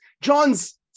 John's